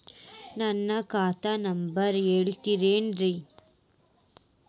ನನ್ನ ಖಾತಾ ನಂಬರ್ ಹೇಳ್ತಿರೇನ್ರಿ?